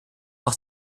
auch